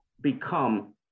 become